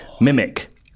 Mimic